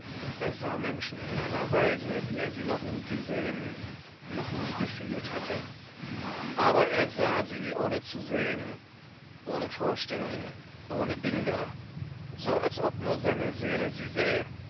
er sah menschen in einer weise wie er sie noch nie gesehen noch nie gefühlt hatte aber er sah sie ohne zu sehen ohne vorstellungen ohne bilder so als ob nur seine seele sie sähe